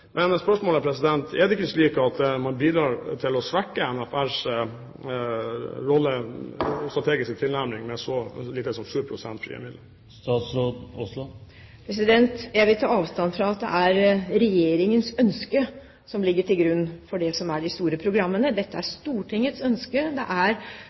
Men spørsmålet er: Er det ikke slik at man bidrar til å svekke Norges forskningsråds rolle og strategiske tilnærming med så lite som 7 pst. frie midler? Jeg vil ta avstand fra at det er «Regjeringens ønske» som ligger til grunn for de store programmene. Det er Stortingets ønske. Det er